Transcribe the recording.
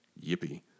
Yippee